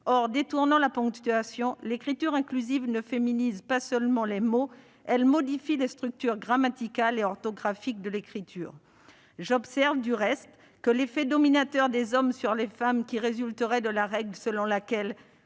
En détournant la ponctuation, l'écriture inclusive ne féminise pas seulement les mots, elle modifie les structures grammaticales et orthographiques de l'écriture. J'observe d'ailleurs que l'effet dominateur des hommes sur les femmes, lequel résulterait de la règle selon laquelle